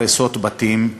הריסות בתים.